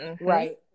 right